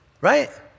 right